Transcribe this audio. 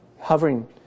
hovering